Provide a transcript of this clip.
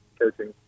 coaching